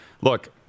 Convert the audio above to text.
Look